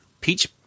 Peach